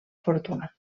fortuna